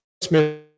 Smith